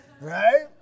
right